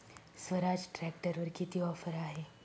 स्वराज ट्रॅक्टरवर किती ऑफर आहे?